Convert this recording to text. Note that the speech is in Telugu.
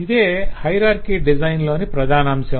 ఇదే హయరార్కి డిజైన్ లోని ప్రధానాంశం